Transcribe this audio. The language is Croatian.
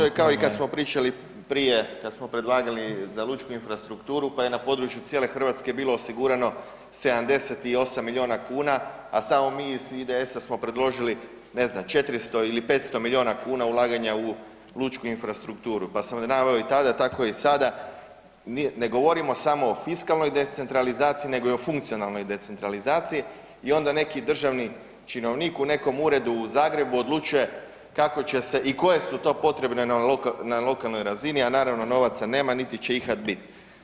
To je kao i kada smo pričali prije kada smo predlagali za lučku infrastrukturu pa je na području cijele Hrvatske bilo osigurano 78 milijuna kuna, a samo mi iz IDS-a smo predložili ne znam 400 ili 500 milijuna kuna ulaganja u lučku infrastrukturu, pa sam naveo i tada tako i sada, ne govorimo samo o fiskalnoj decentralizaciji nego i o funkcionalnoj decentralizaciji i onda neki državni činovnik u nekom uredu u Zagrebu odlučuje kako će se i koje su to potrebne na lokalnoj razini, a naravno novaca nema niti će ikad bit.